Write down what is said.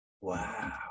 Wow